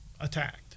attacked